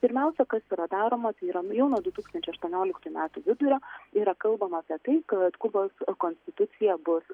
pirmiausia kas yra daroma tai yra jau nuo du tūkstančiai aštuonioliktų metų vidurio yra kalbama apie tai kad kubos konstitucija bus